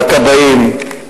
לכבאים.